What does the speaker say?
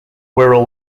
wirral